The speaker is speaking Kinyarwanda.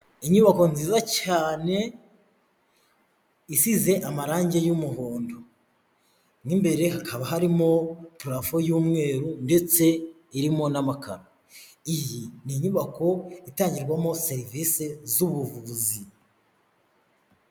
Inyubako nziza cyane, isize amarange y'umuhondo. Mo imbere hakaba harimo parafo y'umweru, ndetse irimo n'amakaro. Iyi ni inyubako itangirwamo serivise z'ubuvuzi.